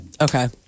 Okay